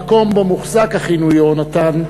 המקום שבו מוחזק אחינו יהונתן,